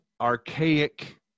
archaic